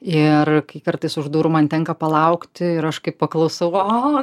ir kai kartais už durų man tenka palaukti ir aš kai paklausau o